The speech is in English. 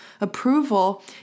approval